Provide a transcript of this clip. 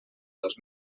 dos